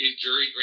jury